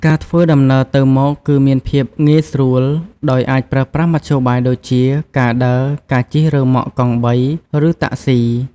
ការធ្វើដំណើរទៅមកគឺមានភាពងាយស្រួល ដោយអាចប្រើប្រាស់មធ្យោបាយដូចជា ការដើរ ការជិះរ៉ឺម៉កកង់បី ឬតាក់ស៊ី។